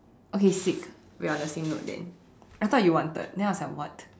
okay sick we are on the same note then I thought you wanted then I was like what